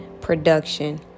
production